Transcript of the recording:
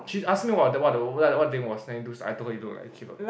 she's asking about the what I told her you look like a keloid